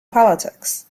politics